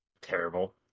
terrible